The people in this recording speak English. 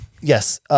Yes